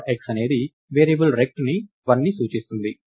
x అనేది variable rect1ని సూచిస్తుంది